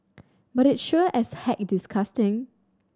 but it sure as heck disgusting